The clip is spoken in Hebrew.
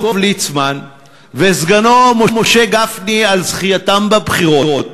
ליצמן וסגנו משה גפני על זכייתם בבחירות.